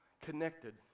connected